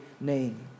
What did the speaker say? name